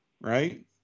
right